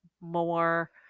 more